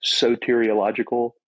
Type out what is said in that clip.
soteriological